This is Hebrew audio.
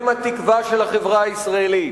הם התקווה של החברה הישראלית.